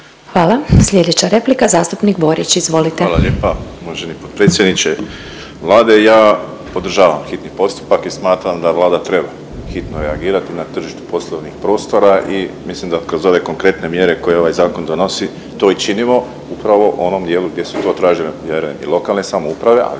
Hvala. Slijedeća replika zastupnik Borić. Izvolite. **Borić, Josip (HDZ)** Hvala lijepa. Uvaženi potpredsjedniče Vlade ja podržavam hitni postupak i smatram da Vlada treba hitno reagirati na tržištu poslovnih prostora i mislim da kroz ove konkretne mjere koje ovaj zakon donosi to i činimo upravo u onom dijelu gdje su to tražile vjerujem i lokalne samouprave ali